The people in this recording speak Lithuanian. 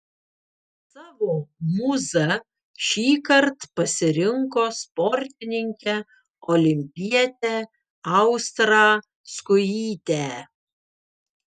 savo mūza šįkart pasirinko sportininkę olimpietę austrą skujytę